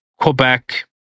Quebec